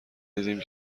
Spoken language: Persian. دیدیم